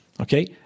Okay